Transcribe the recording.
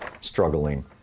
struggling